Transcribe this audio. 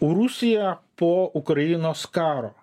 o rusija po ukrainos karo